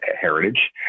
heritage